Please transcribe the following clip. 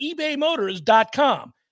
ebaymotors.com